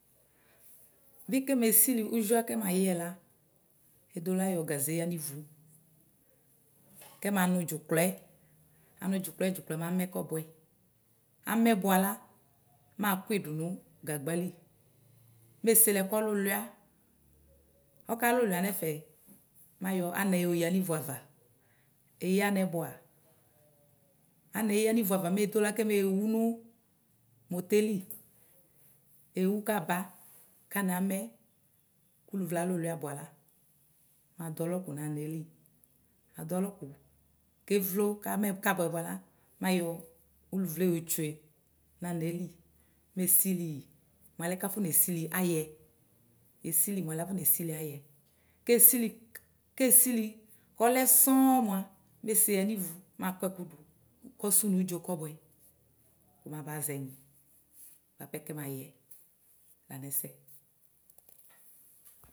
Bɩ kɛme sɩlɩ ʋzʋa kɛma yɛla mɛ yayɔ gaze yanʋ wʋ kɛmanʋ dzʋklɔɛ anʋ dzʋklɔɛ dzʋklɔɛ mamɛ kɔbʋɛ ama bʋala makʋɩ dʋnʋ gagbalɩ meselɛ kɔlʋlʋa ɔkalʋlɩna nɛfɛ mayɔ anɛ yɔya nʋ wʋ ava eya anɛ bʋa anɛ yanʋ wʋ ava medola kɛmewʋ nʋ moteli ewʋ kabɩ kanɛ amɛ kʋlʋvle alʋlʋia bʋala madʋ ɔlɔkʋ nanɛlɩ mesɩlɩ mʋ alɛ kafɔnesɩlɩ ayɛ esɩlɩ bʋala esɩlɩyɩ mʋ alɛ kafɔ nesɩ ayɛ kesɩlɩ bʋala kesɩlɩ kɔlɛ sɔŋ meseya nɩw makɔ ɛkʋ dʋ kɔsʋ nʋ dzɔ kɔbʋɛ maba zɛnyɩ bapɛ kɛmayɛ lanɛsɛ.